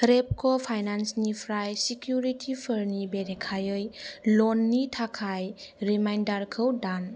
रेपक' फाइनान्सनिफ्राय सिकिउरिटिफोरनि बेरेखायै ल'ननि थाखाय रिमाइन्दारखौ दान